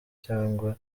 cyangwa